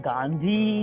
Gandhi